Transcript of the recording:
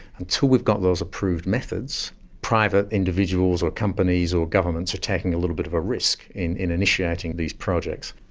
until we've got those approved methods, private individuals or companies or governments are taking a little bit of a risk in in initiating these projects.